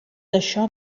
això